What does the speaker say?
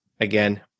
Again